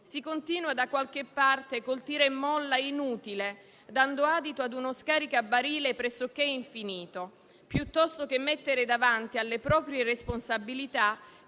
si continua da qualche parte con un tira e molla inutile, dando adito a uno scaricabarile pressoché infinito, piuttosto che mettere davanti alle proprie responsabilità